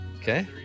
Okay